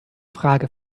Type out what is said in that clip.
frage